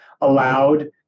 allowed